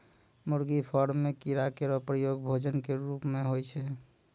मुर्गी फार्म म कीड़ा केरो प्रयोग भोजन क रूप म होय छै